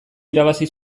irabazi